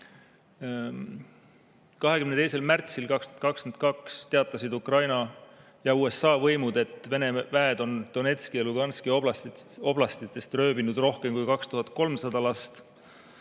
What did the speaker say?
märtsil 2022 teatasid Ukraina ja USA võimud, et Vene väed on Donetski ja Luganski oblastitest röövinud rohkem kui 2300 last.